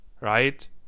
right